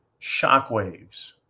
shockwaves